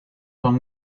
son